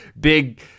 big